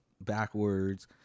backwards